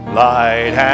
light